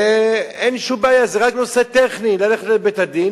ואין שום בעיה, זה רק נושא טכני: ללכת לבית-הדין